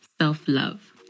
self-love